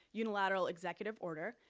unilateral executive order,